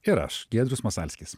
ir aš giedrius masalskis